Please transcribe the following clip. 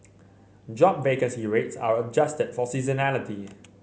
job vacancy rates are adjusted for seasonality